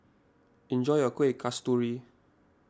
enjoy your Kuih Kasturi